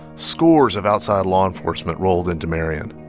scores of outside law enforcement rolled into marion